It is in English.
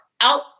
out